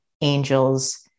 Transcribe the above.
angels